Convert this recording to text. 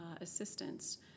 assistance